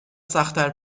سختتر